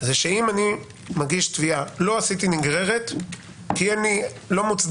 זה שאם אני מגיש תביעה ולא עשיתי נגררת כי קיבלתי